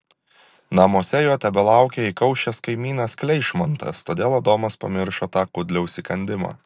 namuose jo tebelaukė įkaušęs kaimynas kleišmantas todėl adomas pamiršo tą kudliaus įkandimą